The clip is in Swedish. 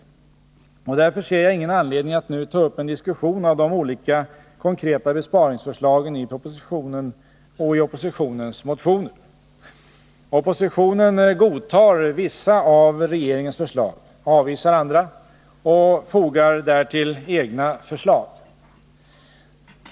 Därför ser jag ingen anledning att nu ta upp en diskussion om de olika konkreta besparingsförslagen i propositionen och i oppositionens motioner. Oppositionen godtar vissa av regeringens förslag, avvisar andra och fogar därtill egna förslag.